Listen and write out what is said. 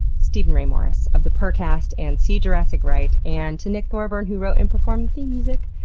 steven ray morris, of the purrrcast and see jurassic right, and to nick thorburn who wrote and performed the theme music.